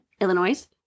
Illinois